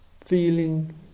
feeling